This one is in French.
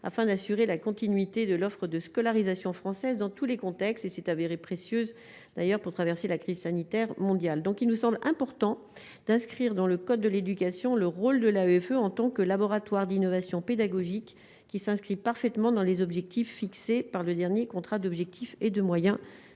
afin d'assurer la continuité de l'offre de scolarisation française dans tous les contextes et s'est avérée précieuse d'ailleurs pour traverser la crise sanitaire mondiale, donc il nous sommes important d'inscrire dans le code de l'éducation, le rôle de l'avait fait en tant que laboratoire d'innovation pédagogique, qui s'inscrit parfaitement dans les objectifs fixés par le dernier contrat d'objectifs et de moyens